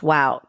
Wow